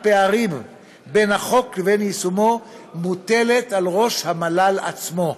פערים בין החוק לבין יישומו מוטלת על ראש המל"ל עצמו.